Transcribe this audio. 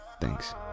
Thanks